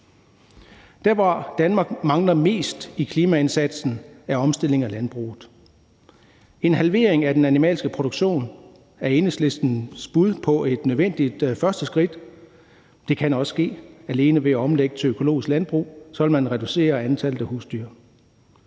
Der, hvor Danmark mangler mest i klimaindsatsen, er i forhold til omstillingen af landbruget. En halvering af den animalske produktion er Enhedslistens bud på et nødvendigt første skridt. Det kan også ske alene ved at omlægge til økologisk landbrug; så ville man reducere antallet af husdyr.